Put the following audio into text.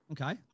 okay